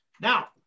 Now